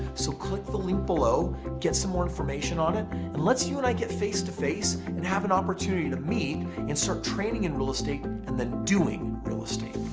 so click the link below get some more information on it and lets you and i get face-to-face and have an opportunity to meet and start training in real estate and then doing real estate.